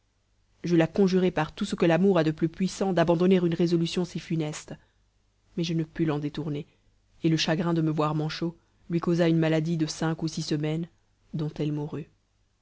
je la conjurai par tout ce que l'amour a de plus puissant d'abandonner une résolution si funeste mais je ne pus l'en détourner et le chagrin de me voir manchot lui causa une maladie de cinq ou six semaines dont elle mourut